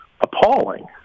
appalling